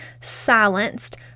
silenced